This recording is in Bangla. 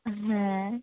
হ্যাঁ